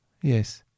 Yes